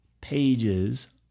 pages